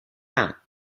not